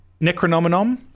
necronominom